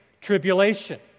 tribulation